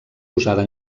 usada